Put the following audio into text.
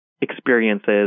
experiences